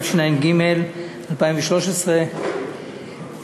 התשע"ג 2013,